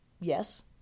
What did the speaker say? yes